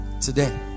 today